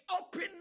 open